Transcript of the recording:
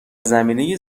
زمینه